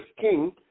king